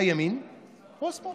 הימין או השמאל.